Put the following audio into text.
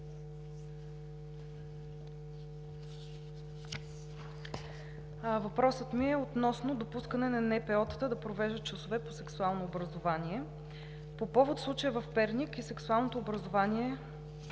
Въпросът ми е относно допускане на НПО-та да провеждат часове по сексуално образование. По повод случая в Перник и сексуалното образование